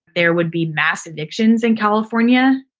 there would be mass evictions in california,